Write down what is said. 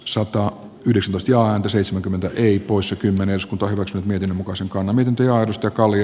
sota yhdysitustilaan seitsemänkymmentä eri poissa kymmenes otos miten muka silkkana miten työ josta kallio